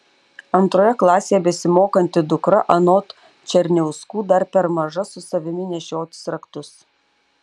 antroje klasėje besimokanti dukra anot černiauskų dar per maža su savimi nešiotis raktus